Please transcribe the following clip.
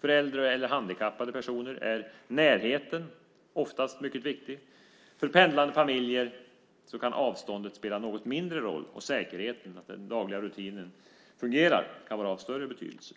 För äldre och handikappade personer är närheten oftast mycket viktig. För pendlande familjer kan avståndet spela något mindre roll. Säkerheten och att den dagliga rutinen fungerar kan vara av större betydelse.